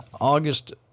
August